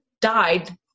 died